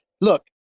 look